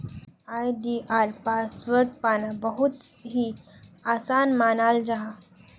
आई.डी.आर password पाना बहुत ही आसान मानाल जाहा